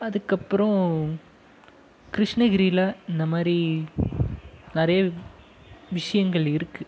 அதுக்கப்புறம் கிருஷ்ணகிரியில் இந்த மாதிரி நிறைய விஷயங்கள் இருக்குது